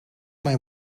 mijn